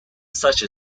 such